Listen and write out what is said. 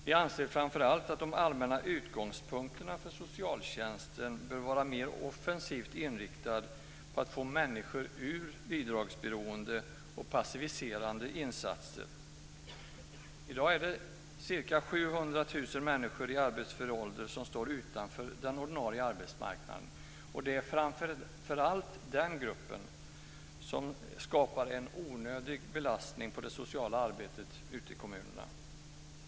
Vi anser framför allt att de allmänna utgångspunkterna för socialtjänsten bör vara att man ska vara mer offensivt inriktad på att få människor ur bidragsberoende och passiviserande insatser. I dag är det ca 700 000 människor i arbetsför ålder som står utanför den ordinarie arbetsmarknaden. Det är framför allt den gruppen som skapar en onödig belastning på det sociala arbetet ute i kommunerna.